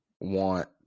want